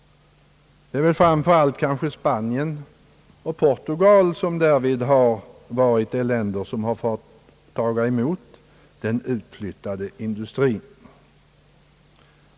Det är väl framför allt Spanien och Portugal som därvid har fått taga emot den utflyttade industrin.